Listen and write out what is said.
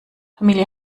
familie